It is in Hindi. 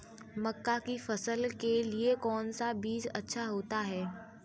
मक्का की फसल के लिए कौन सा बीज अच्छा होता है?